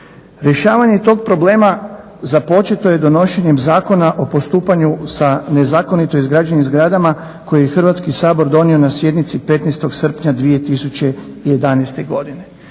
Rješavanje tog problema započeto je donošenjem Zakona o postupanju sa nezakonito izgrađenim zgradama koji je Hrvatski sabor donio na sjednici 15. srpnja 2011. godine.